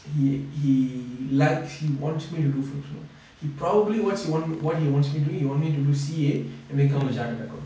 he he likes he wants me to do films also he probably what he wants what he wants me to do he want me to do to C_E_A and become a charter accountant